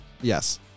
Yes